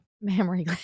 memory